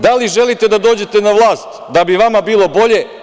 Da li želite da dođete na vlast da bi vama bilo bolje?